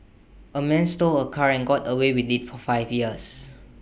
A man stole A car and got away with IT for five years